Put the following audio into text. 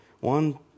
One